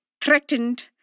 threatened